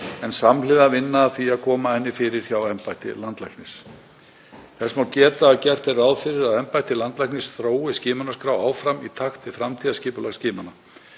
en samhliða vinna að því að koma henni fyrir hjá embætti landlæknis. Þess má geta að gert er ráð fyrir að embætti landlæknis þrói skimunarskrá áfram í takt við framtíðarskipulag skimana.